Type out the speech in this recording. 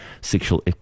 Sexual